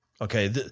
Okay